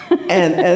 and